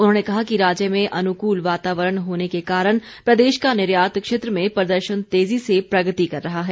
उन्होंने कहा कि राज्य में अनुकूल वातावरण होने के कारण प्रदेश का निर्यात क्षेत्र में प्रदर्शन तेजी से प्रगति कर रहा है